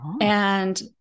And-